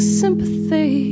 sympathy